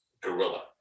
gorilla